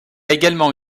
également